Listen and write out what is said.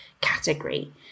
category